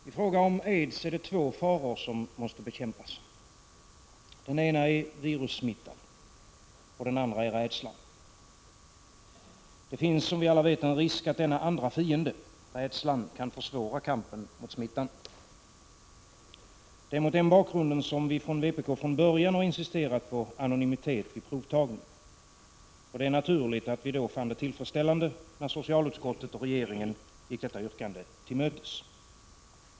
Fru talman! I fråga om aids är det två faror som måste bekämpas. Den ena är virussmittan, den andra är rädslan. Det finns, som alla vet, en risk att denna andra fiende, rädslan, kan försvåra kampen mot smittan. Det är mot den bakgrunden vi från vpk från början insisterat på anonymitet vid provtagning. Det är naturligt att vi funnit det tillfredsställande att socialutskottet och regeringen gått detta yrkande till mötes.